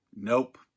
Nope